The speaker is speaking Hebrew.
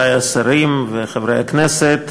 חברי השרים וחברי הכנסת,